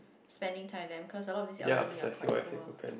spending time with them cause a lot of these elderly are quite poor